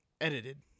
edited